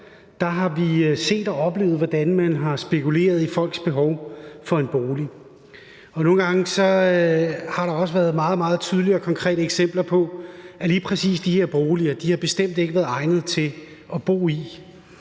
har set og oplevet, hvordan der er blevet spekuleret i folks behov for en bolig. Nogle gange har der også været meget, meget tydelige og konkrete eksempler på, at lige præcis de her boliger bestemt ikke har været egnet til at bo i.